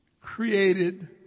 created